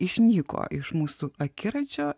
išnyko iš mūsų akiračio